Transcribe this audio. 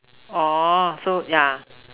orh so yeah